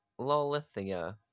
Lolithia